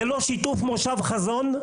ללא שיתוף מושב חזון,